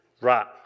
right